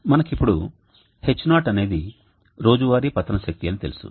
మనకు ఇప్పుడు H0 అనేది రోజువారీ పతన శక్తి అని తెలుసు